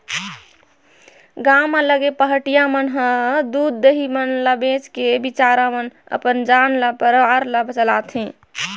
गांव म लगे पहाटिया मन ह दूद, दही मन ल बेच के बिचारा मन हर अपन परवार ल चलाथे